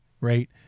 right